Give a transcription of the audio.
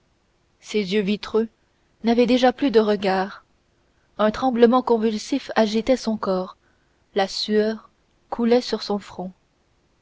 ses yeux vitreux n'avaient déjà plus de regard un tremblement convulsif agitait son corps la sueur coulait sur son front